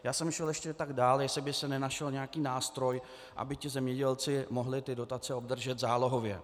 Já jsem šel ještě tak dál, jestli by se nenašel nějaký nástroj, aby ti zemědělci mohli ty dotace obdržet zálohově.